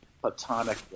platonic